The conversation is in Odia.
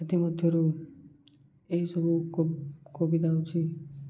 ସେଥିମଧ୍ୟରୁ ଏହିସବୁ କବିତା ହଉଛି